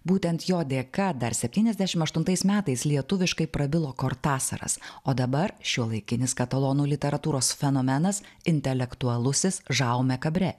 būtent jo dėka dar septyniasdešimt aštuntais metais lietuviškai prabilo kortasaras o dabar šiuolaikinis katalonų literatūros fenomenas intelektualusis žau mekabre